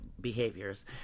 behaviors